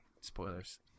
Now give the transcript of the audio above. Spoilers